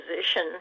position